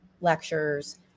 lectures